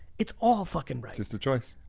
it's all fucking right. just a choice.